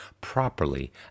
properly